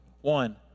One